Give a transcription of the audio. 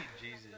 Jesus